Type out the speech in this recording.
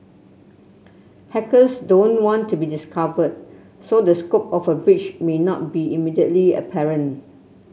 hackers don't want to be discovered so the scope of a breach may not be immediately apparent